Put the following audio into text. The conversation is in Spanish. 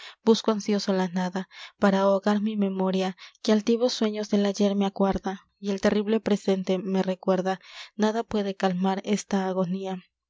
busco ansioso la nada para ahogar mi memoria que altivos sueños del ayer me acuerda y el terrible presente me recuerda nada puede calmar esta agonía